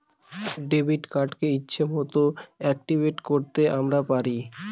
debit কার্ডকে ইচ্ছে মতন অ্যাকটিভেট করতে আমরা পারবো